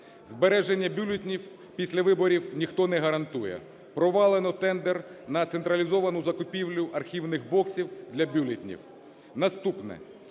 Збереження бюлетенів після виборів ніхто не гарантує. Провалено тендер на централізовану закупівлю архівних боксів для бюлетенів. Наступне.